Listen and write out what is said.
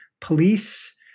police